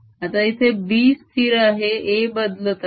आता इथे b स्थिर आहे आणि a बदलत आहे